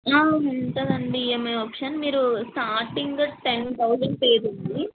ఉంటుందండి EMI option మీరు starting ten thousand pay చేయాలి